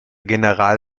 general